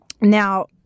Now